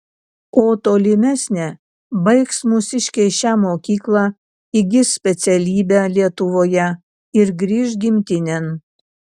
o tolimesnė baigs mūsiškiai šią mokyklą įgis specialybę lietuvoje ir grįš gimtinėn